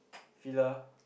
Fila